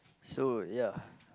so ya